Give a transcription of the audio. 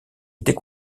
était